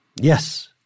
Yes